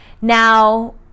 Now